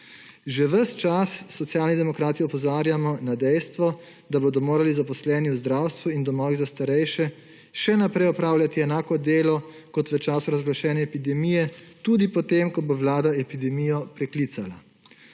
Že ves čas Socialni demokrati opozarjamo na dejstvo, da bodo morali zaposleni v zdravstvu in domovih za starejše še naprej opravljati enako delo kot v času razglašene epidemije, tudi potem ko bo Vlada epidemijo preklicala.